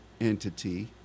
entity